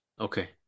Okay